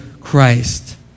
Christ